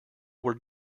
were